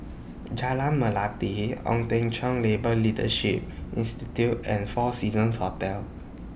Jalan Melati Ong Teng Cheong Labour Leadership Institute and four Seasons Hotel